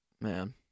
Man